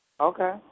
Okay